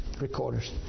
recorders